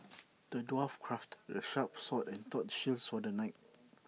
the dwarf crafted A sharp sword and A tough shield saw the knight